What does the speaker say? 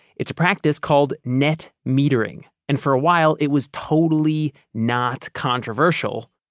it's a practice called net metering. and for a while, it was totally not controversial,